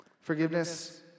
Forgiveness